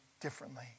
differently